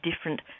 different